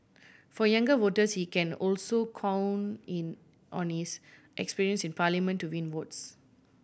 for younger voters he can also count in on his experience in Parliament to win votes